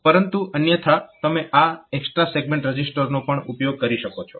પરંતુ અન્યથા તમે આ એક્સ્ટ્રા સેગમેન્ટ રજીસ્ટરનો પણ ઉપયોગ કરી શકો છો